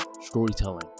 storytelling